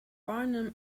barnum